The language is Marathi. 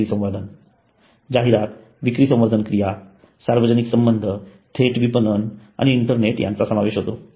विक्री संवर्धन जाहिरात विक्री संवर्धन क्रिया सार्वजनिक संबंध थेट विपणन आणि इंटरनेट यांचा समावेश होतो